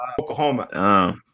Oklahoma